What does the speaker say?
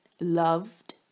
loved